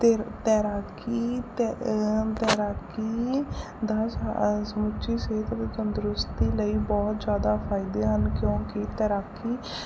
ਤੇ ਤੈਰਾਕੀ ਤੈਰਾਕੀ ਦਾ ਸਮੁੱਚੀ ਸਿਹਤ ਦੀ ਤੰਦਰੁਸਤੀ ਲਈ ਬਹੁਤ ਜਿਆਦਾ ਫਾਇਦੇ ਹਨ ਕਿਉਂਕਿ ਤੈਰਾਕੀ